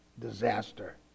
disaster